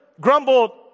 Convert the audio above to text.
grumbled